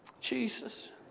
Jesus